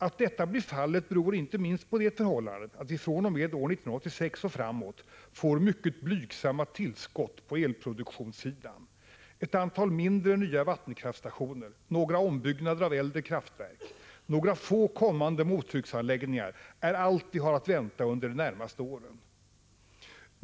Att detta blir fallet beror inte minst på det förhållandet att vi fr.o.m. år 1986 och framåt får mycket blygsamma tillskott på elproduktionssidan: ett antal mindre, nya vattenkraftstationer, några ombyggnader av äldre kraftverk, några få mottrycksanläggningar är allt vi har att vänta under de närmaste åren.